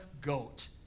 goat